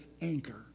anchor